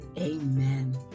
amen